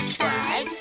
buzz